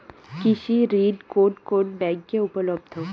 কৃষি ঋণ কোন কোন ব্যাংকে উপলব্ধ?